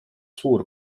suur